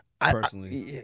Personally